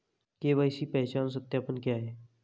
KYC पहचान सत्यापन क्या है?